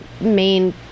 main